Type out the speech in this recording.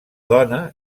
dona